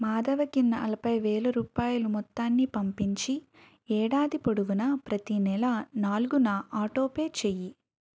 మాధవకి నలభైవేలు రూపాయలు మొత్తాన్ని పంపించి ఏడాది పొడవునా ప్రతీ నెల నాలుగున ఆటోపే చేయి